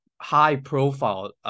high-profile